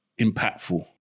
impactful